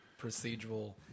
procedural